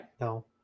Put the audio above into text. No